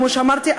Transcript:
כמו שאמרתי,